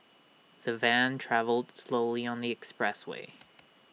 the van travelled slowly on the expressway